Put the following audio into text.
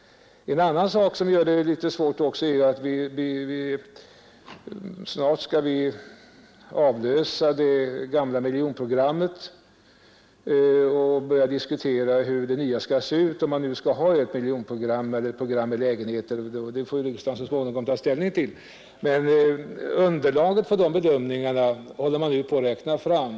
En annan sak som också gör det litet svårt för oss är att vi snart skall avlösa det gamla miljonprogrammet och börja diskutera hur det nya skall se ut — om vi nu skall ha ett miljonprogram med lägenheter; det får riksdagen så småningom ta ställning till. Underlaget för bedömningarna håller man på att räkna fram.